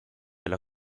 alla